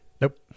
Nope